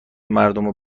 مردمو